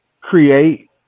create